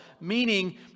meaning